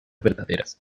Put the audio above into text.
verdaderas